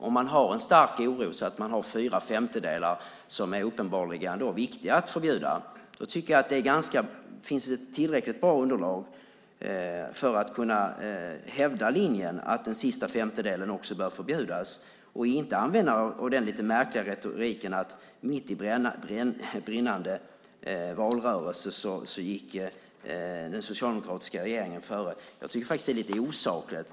Om det finns en stark oro kring de fyra femtedelar som det uppenbarligen är viktigt att förbjuda finns det därmed, tycker jag, ett tillräckligt bra underlag för att kunna hävda linjen att också den sista femtedelen bör förbjudas - detta i stället för att använda den lite märkliga retoriken om att den socialdemokratiska regeringen mitt i brinnande valrörelse gick före. Jag tycker faktiskt att det är lite osakligt.